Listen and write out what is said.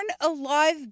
alive